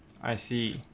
I see